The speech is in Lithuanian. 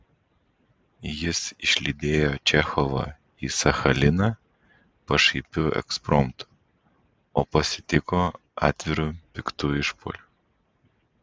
jis išlydėjo čechovą į sachaliną pašaipiu ekspromtu o pasitiko atviru piktu išpuoliu